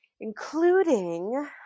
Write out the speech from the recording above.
including